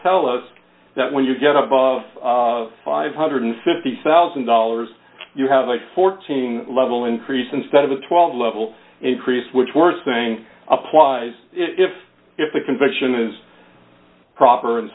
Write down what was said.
tell us that when you get above five hundred and fifty thousand dollars you have a fourteen level increase instead of a twelve level increase which we're saying applies if if the conviction is proper and